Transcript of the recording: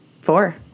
four